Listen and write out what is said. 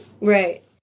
Right